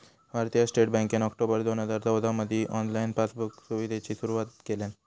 भारतीय स्टेट बँकेन ऑक्टोबर दोन हजार चौदामधी ऑनलाईन पासबुक सुविधेची सुरुवात केल्यान